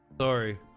Sorry